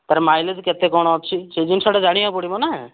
ତାର ମାଇଲେଜ୍ କେତେ କ'ଣ ଅଛି ସେ ଜିନିଷଟା ଜାଣିବାକୁ ପଡ଼ିବ ନା